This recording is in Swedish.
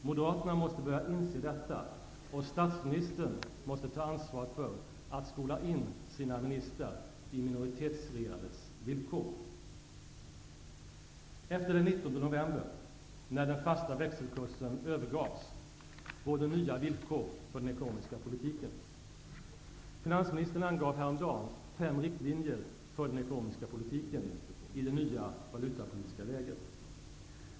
Moderaterna måste börja inse detta, och statsministern måste ta ansvaret för att skola in sina ministrar i minoritetsregerandets villkor. Efter den 19 november, när den fasta växelkursen övergavs, råder nya villkor för den ekonomiska politiken. Finansministern angav häromdagen fem riktlinjer för den ekonomiska politiken i det nya valutapolitiska läget.